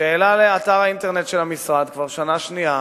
שהעלה לאתר האינטרנט של המשרד, כבר שנה שנייה,